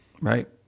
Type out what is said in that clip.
Right